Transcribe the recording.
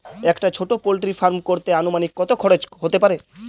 একটা ছোটো poultry farm করতে আনুমানিক কত খরচ কত হতে পারে?